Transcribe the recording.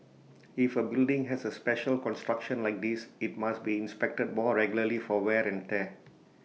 if A building has A special construction like this IT must be inspected more regularly for wear and tear